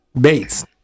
Bates